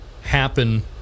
happen